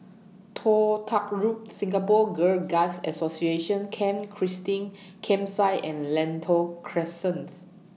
Toh Tuck Road Singapore Girl Guides Association Camp Christine Campsite and Lentor Crescents